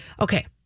Okay